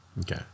Okay